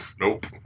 nope